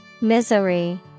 Misery